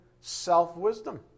self-wisdom